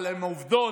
אבל עם עובדות